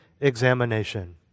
examination